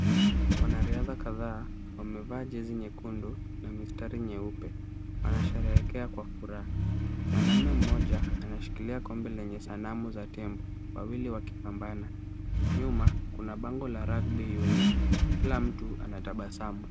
Wanariadha kadhaa wamevaa jezi nyekundu na mistari nyeupe, wanasherekea kwa furaha. Mwanamume mmoja anashikilia kombe lenye sanamu za tembo wawili, wakipamabana. Nyuma kuna bango la Rugby Union . Kila mtu anatabasamu.